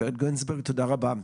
גברת גינזבורג, תודה רבה.